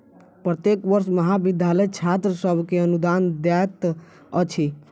प्रत्येक वर्ष महाविद्यालय छात्र सभ के अनुदान दैत अछि